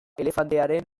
elefantearen